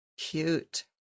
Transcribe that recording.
Cute